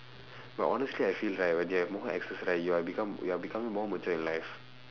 but honestly I feel right when you have more exes right you are become you are becoming more mature in life